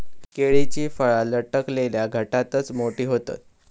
केळीची फळा लटकलल्या घडातच मोठी होतत